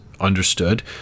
understood